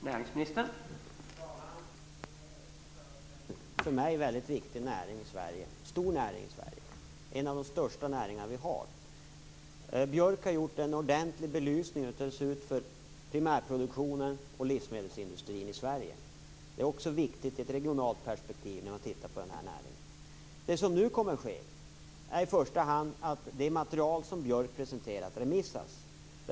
Herr talman! Ingvar Eriksson har tagit upp en för mig viktig näring i Sverige. Det är en av de största näringarna vi har. Björk har gjort en ordentlig belysning av hur det ser ut med primärproduktionen och livsmedelsindustrin i Sverige. Dessa är viktiga i ett regionalt perspektiv. Det material som Björk har presenterat skall skickas ut på remiss.